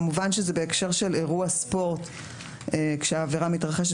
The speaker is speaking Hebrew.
כמובן שזה בהקשר שהעבירה מתרחשת